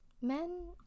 men